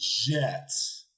Jets